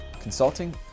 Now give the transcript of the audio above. consulting